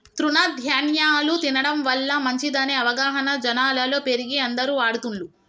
తృణ ధ్యాన్యాలు తినడం వల్ల మంచిదనే అవగాహన జనాలలో పెరిగి అందరు వాడుతున్లు